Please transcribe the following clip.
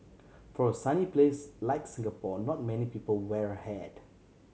for a sunny place like Singapore not many people wear a hat